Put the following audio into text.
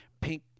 Pink